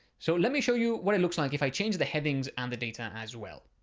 so, let me show you what it looks like if i change the headings and the data as well.